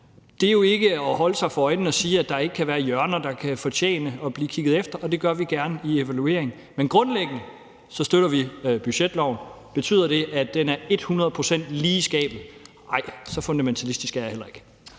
det samme som at holde sig for øjnene og sige, at der ikke kan være hjørner, der kan fortjene at blive kigget efter, og det gør vi gerne i evalueringen. Men grundlæggende støtter vi budgetloven. Betyder det, at den er et hundrede procent lige i skabet? Nej. Så fundamentalistisk er jeg heller ikke.